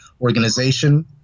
organization